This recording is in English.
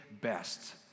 best